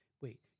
wait